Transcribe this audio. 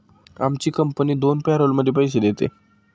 आमची कंपनी दोन पॅरोलमध्ये पैसे देते